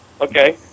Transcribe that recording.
Okay